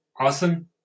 awesome